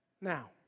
Now